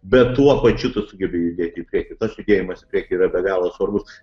bet tuo pačiu tu sugebi judėti į priekį tas judėjimas į priekį yra be galo svarbus